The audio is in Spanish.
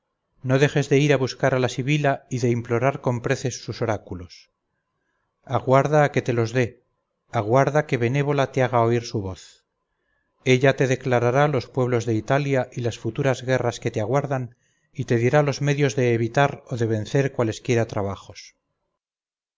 no dejes de ir a buscar a la sibila y de implorar con preces sus oráculos aguarda a que te los dé aguarda que benévola te haga oír su voz ella te declarará los pueblos de italia y las futuras guerras que te aguardan y te dirá los medios de evitar o de vencer cualesquiera trabajos